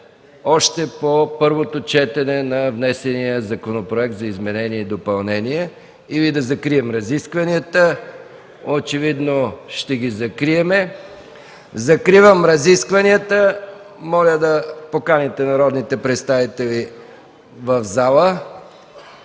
по първо четене на внесения законопроект за изменение и допълнение, или да закрием разискванията? Очевидно ще ги закрием. Закривам разискванията. Моля да поканите народните представители в залата.